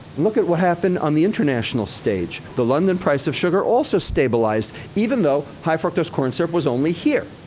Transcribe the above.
look at what happened on the international stage. stage. the london price of sugar also stabilized, even though high fructose corn syrup was only here.